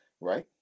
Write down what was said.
right